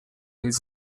his